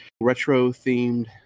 retro-themed